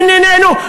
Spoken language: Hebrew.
לנינינו,